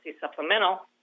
supplemental